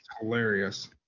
hilarious